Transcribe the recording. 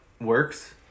works